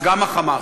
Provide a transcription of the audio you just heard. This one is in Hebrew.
אז גם ה"חמאס".